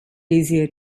easier